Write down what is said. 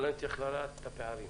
אבל אנחנו רוצים לדעת את הפערים.